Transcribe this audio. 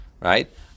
right